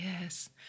Yes